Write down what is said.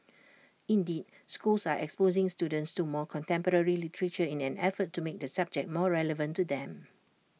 indeed schools are exposing students to more contemporary literature in an effort to make the subject more relevant to them